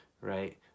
right